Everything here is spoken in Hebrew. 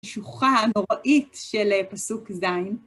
שוכחה נוראית של פסוק זין.